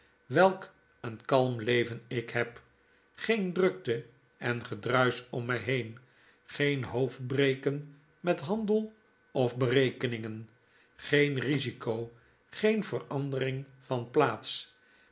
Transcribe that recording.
welk een kalm leven ik heb geen drukte en gedruisch om my heen geen hoofdbreken met handel of berekeningen geen risico geen verandering van plaats